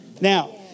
Now